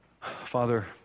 Father